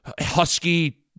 husky